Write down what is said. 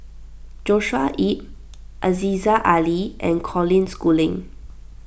Joshua Ip Aziza Ali and Colin Schooling